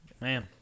Man